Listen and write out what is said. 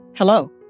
Hello